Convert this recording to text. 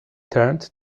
turned